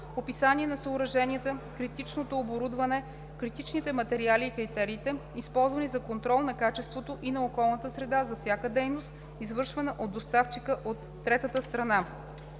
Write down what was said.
описание на съоръженията, критичното оборудване, критичните материали и критериите, използвани за контрол на качеството и на околната среда, за всяка дейност, извършвана от доставчика от третата страна;